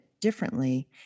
differently